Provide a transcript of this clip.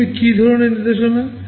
এগুলি কী ধরণের নির্দেশনা